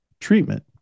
treatment